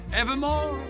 evermore